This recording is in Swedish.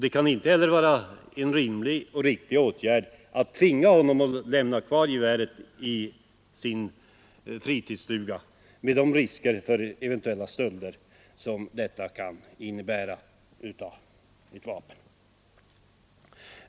Det kan inte heller vara riktigt att tvinga honom att lämna kvar geväret i fritidsstugan med de risker för stöld som det kan innebära.